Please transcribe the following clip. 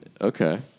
Okay